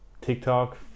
TikTok